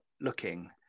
looking